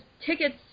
tickets